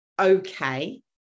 okay